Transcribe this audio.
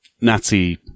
Nazi